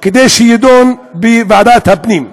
כדי שיידון בוועדת הפנים.